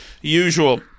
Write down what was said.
usual